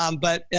um but, yeah